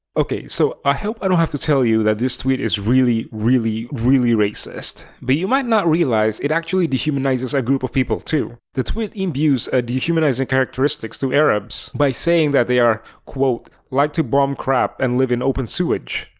okay so i hope i don't have to tell you that this tweet is really really really racist. but you might not realize it actually dehumanizes a group of people too. the tweet imbues a dehumanizing characteristics to arabs by saying that they are quote like to bomb crap and live in open sewage.